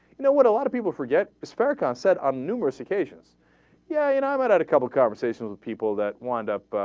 know what a lot of people forget this paragraph set on numerous occasions yeah and i might add a couple conversation with people that want up ah.